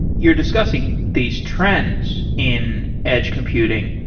you're discussing these trends in edge computing.